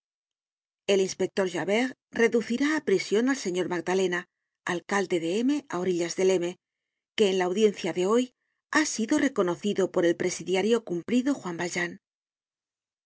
el inspector javert reducirá á prision al señor magdalena alcalde de m á orillas del m que en la audiencia de hoy ha sido reconocido por el presidiario cumplido juan valjean